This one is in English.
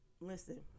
Listen